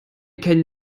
kennen